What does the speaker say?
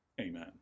Amen